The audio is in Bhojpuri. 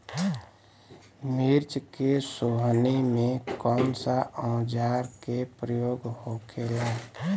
मिर्च के सोहनी में कौन सा औजार के प्रयोग होखेला?